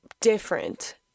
different